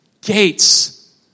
gates